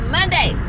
Monday